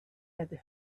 had